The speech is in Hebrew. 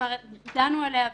כבר דנו עליה,